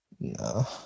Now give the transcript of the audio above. No